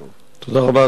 תודה רבה, אדוני היושב-ראש.